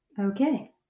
okay